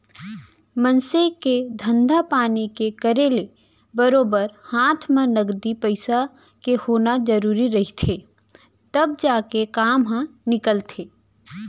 मनसे के धंधा पानी के करे ले बरोबर हात म नगदी पइसा के होना जरुरी रहिथे तब जाके काम ह निकलथे